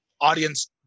audience